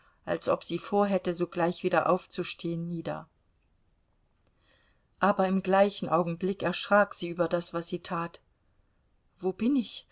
als ob sie vorhätte sogleich wieder aufzustehen nieder aber im gleichen augenblick erschrak sie über das was sie tat wo bin ich